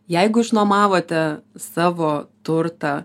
jeigu išnuomavote savo turtą